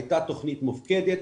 הייתה תכנית מופקדת,